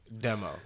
Demo